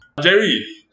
Jerry